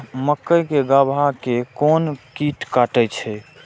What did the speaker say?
मक्के के गाभा के कोन कीट कटे छे?